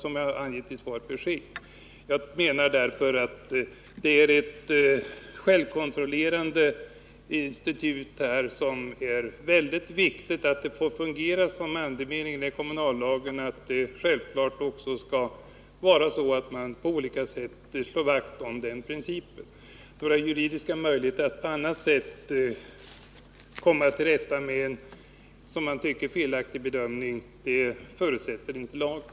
Jag menar att det här är fråga om ett självkontrollerande institut som det är mycket viktigt att få att fungera i enlighet med andemeningen i kommunallagen. Någon juridisk möjlighet att på annat sätt komma till rätta med en som man tycker felaktig bedömning förutsätter inte lagen.